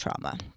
trauma